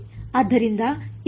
ಆದ್ದರಿಂದ ಇದು ಇಲ್ಲಿಗೆ ಹೋಗುತ್ತದೆ